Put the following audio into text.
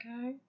Okay